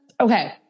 Okay